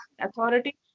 Authority